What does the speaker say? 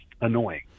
annoying